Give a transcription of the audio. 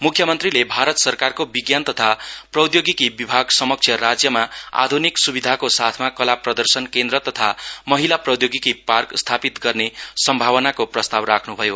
मुख्यमन्त्रीले भारत सरकारको विज्ञान तथा प्रौधोगिकि विभाग समक्ष राज्यमा अत्याधुनिक सुविधाको साथमा कला प्रर्दशन केन्द्र तथा महिला प्रौधोगिकि पार्क स्थापित गर्ने सम्भावनाको प्रस्ताब राख्नुभयो